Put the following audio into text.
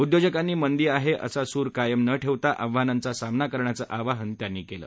उद्योजकांनी मंदी आहे असा सूर कायम न ठेवता आव्हानांचा सामना करण्याचं आवाहन त्यांनी केलं